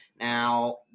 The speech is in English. now